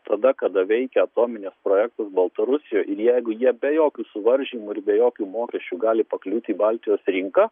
tada kada veikia atominis projektas baltarusijoj jeigu jie be jokių suvaržymų ir be jokių mokesčių gali pakliūti į baltijos rinką